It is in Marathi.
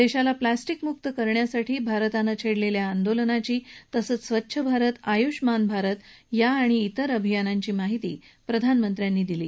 देशाला प्लॅस्टिकमुक्त करण्यासाठी भारताने छेडलेल्या आंदोलनाची तसंच स्वच्छ भारत आयुष्मान भारत या आणि जेर अभियानांची माहिती प्रधानमंत्र्यांनी दिली